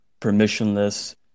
permissionless